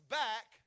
back